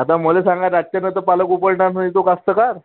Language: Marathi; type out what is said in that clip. आता मला सांगा रातच्यानंतर पालक ओघळणार नाही तो का असतो का